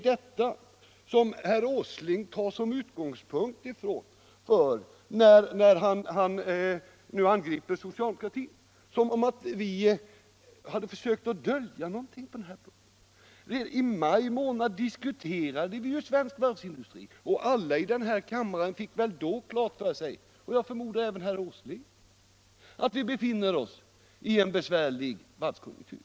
Detta tar herr Åsling som utgångspunkt när han nu angriper socialde Nr 27 mokratin för att vi skulle ha försökt dölja någonting på den här punkten. Tisdagen den I maj månad diskuterade vi svensk varvsindustri, och alla i den här 16 november 1976 kammaren — jag förmodar även herr Åsling — fick väl då klart för sig — att vi befinner oss i en besvärlig varvskonjunktur.